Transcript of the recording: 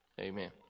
amen